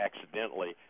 accidentally